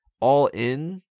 all-in